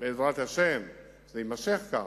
בעזרת השם שזה יימשך כך,